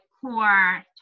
Core